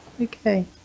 Okay